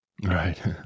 Right